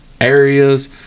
areas